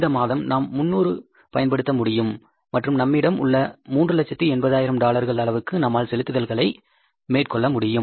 இந்த மாதம் நாம் 300 பயன்படுத்த முடியும் மற்றும் நம்மிடம் உள்ள 380000 டாலர்கள் அளவுக்கு நம்மால் செலுத்துதல்களை மேற்கொள்ள முடியும்